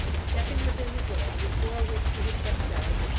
but stepping within the door, before which he had kept guard,